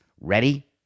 Ready